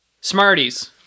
Smarties